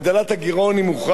אבל היא צריכה להיות מופנית,